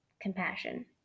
compassion